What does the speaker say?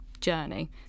journey